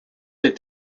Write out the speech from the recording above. der